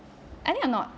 I think I'm not